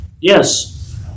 Yes